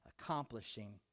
accomplishing